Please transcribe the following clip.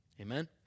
Amen